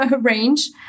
range